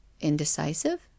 Indecisive